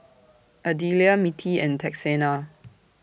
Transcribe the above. Adelia Mittie and Texanna